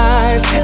eyes